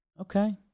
Okay